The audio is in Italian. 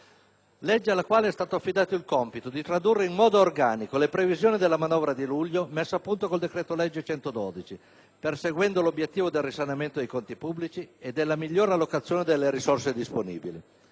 legge alla quale è stato affidato il compito di tradurre in modo organico le previsioni della manovra di luglio messe a punto con il decreto-legge n. 112, perseguendo l'obiettivo del risanamento dei conti pubblici e della migliore allocazione delle risorse disponibili.